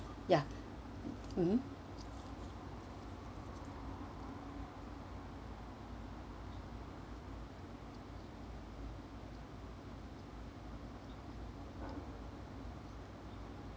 ya mmhmm